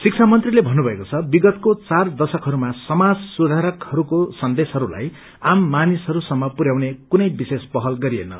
शिक्षा मंत्रीले भन्नुभ्वएको छ विगतको चार दशकहरूमा समाज सुधारकहरूका सन्देशहरूलाई आम मानिसहरू सम्म पुर्याउने कुनै विशेष पहल गरिएन